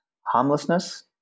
Harmlessness